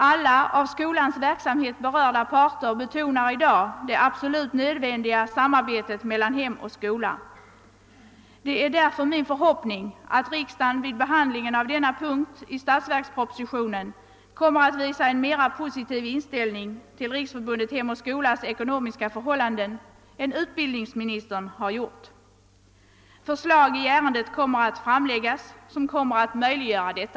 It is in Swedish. Alla av skolans verksamhet berörda parter betonar i dag det absolut nödvändiga samarbetet mellan hem och skola. Det är därför min förhoppning, att riksdagen vid behandlingen av denna punkt i statsverkspropositionen kommer att visa en mera positiv inställning till Riksförbundet Hem och Skolas ekonomiska förhållanden än utbildningsministern har gjort. Förslag i ärendet kommer att framläggas, som kommer att möjliggöra detta.